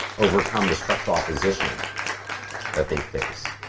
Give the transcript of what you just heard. overcome the structural opposition that they face